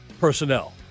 personnel